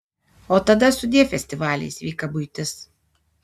o tada sudie festivaliai sveika buitis